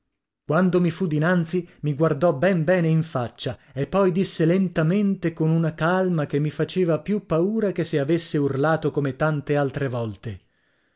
quando mi fu dinanzi mi guardò ben bene in faccia e poi disse lentamente con una calma che mi faceva più paura che se avesse urlato come tante altre volte